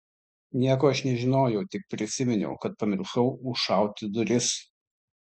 nieko aš nežinojau tik prisiminiau kad pamiršau užšauti duris